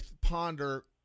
ponder